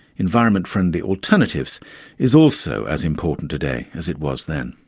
environment-friendly alternatives is also as important today as it was then.